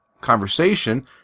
conversation